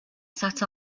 sat